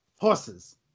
horses